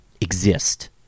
exist